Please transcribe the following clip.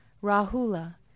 Rahula